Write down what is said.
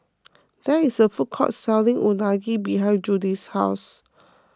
there is a food court selling Unagi behind Judie's house